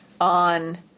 on